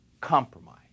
compromise